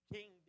King